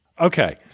Okay